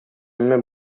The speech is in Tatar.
әмма